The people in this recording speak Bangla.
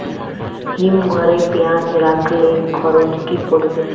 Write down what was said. হিম ঘরে পেঁয়াজ রাখলে খরচ কি পড়বে?